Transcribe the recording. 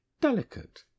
delicate